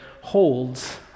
holds